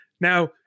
Now